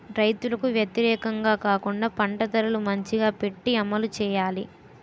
రైతులకు వ్యతిరేకంగా కాకుండా పంట ధరలు మంచిగా పెట్టి అమలు చేయాలి